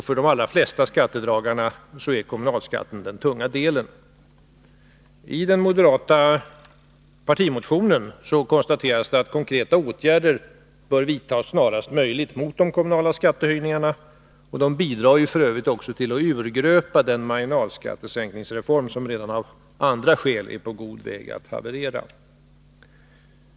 För de allra flesta skattedragarna är kommunalskatten den tunga delen. I den moderata partimotionen konstateras att konkreta åtgärder bör vidtas snarast möjligt mot de kommunala skattehöjningarna. De bidrar f. ö. också till att urgröpa den marginalskattesänkningsreform som redan av andra skäl är på god väg att haverera.